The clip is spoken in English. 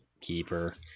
keeper